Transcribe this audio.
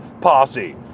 Posse